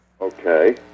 Okay